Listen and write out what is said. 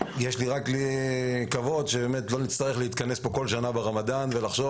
יש לקוות שלא נצטרך להתכנס פה כל שנה ברמדאן ולחשוב